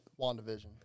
WandaVision